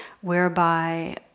whereby